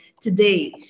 today